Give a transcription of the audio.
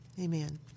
amen